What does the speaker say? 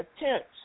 attempts